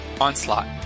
onslaught